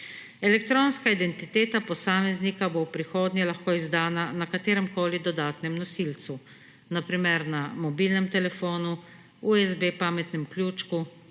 Elektronska identiteta posameznika bo v prihodnje lahko izdana na kateremkoli dodatnem nosilcu, na primer na mobilnem telefonu, pametnem ključku